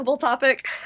topic